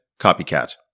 Copycat